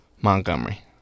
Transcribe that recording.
Montgomery